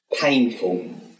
painful